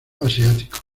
asiáticos